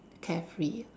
carefree